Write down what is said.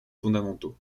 fondamentaux